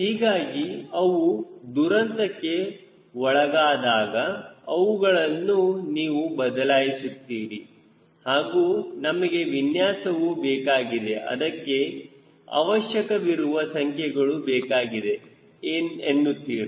ಹೀಗಾಗಿ ಅವು ದುರಂತಕ್ಕೆ ಒಳಗಾದಾಗ ಅವುಗಳನ್ನು ನೀವು ಬದಲಾಯಿಸುತ್ತಿರಿ ಹಾಗೂ ನಮಗೆ ವಿನ್ಯಾಸವು ಬೇಕಾಗಿದೆ ಅದಕ್ಕೆ ಅವಶ್ಯಕವಿರುವ ಸಂಖ್ಯೆಗಳು ಬೇಕಾಗಿದೆ ಎನ್ನುತ್ತೀರಾ